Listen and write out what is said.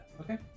Okay